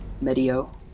Medio